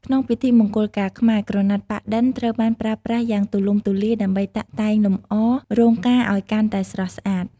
ក្នុងពិធីមង្គលការខ្មែរ ក្រណាត់ប៉ាក់-ឌិន ត្រូវបានប្រើប្រាស់យ៉ាងទូលំទូលាយ ដើម្បីតាក់តែងលម្អរោងការឱ្យកាន់តែស្រស់ស្អាត។